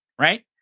Right